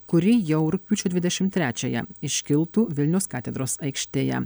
kuri jau rugpjūčio dvidešimt trečiąją iškiltų vilnius katedros aikštėje